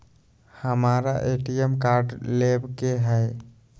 हमारा ATM card लेव के हई